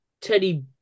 teddy